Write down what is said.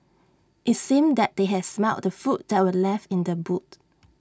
IT seemed that they had smelt the food that were left in the boot